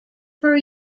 per